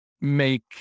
make